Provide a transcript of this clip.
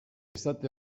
esate